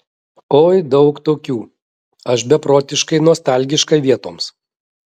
oi daug tokių aš beprotiškai nostalgiška vietoms